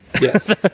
Yes